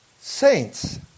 saints